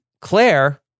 claire